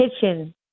kitchen